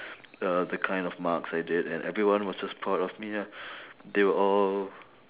uh the kind of marks I did and everyone was just proud of me ah they were all